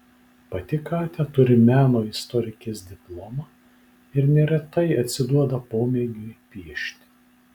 pati katia turi meno istorikės diplomą ir neretai atsiduoda pomėgiui piešti